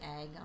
egg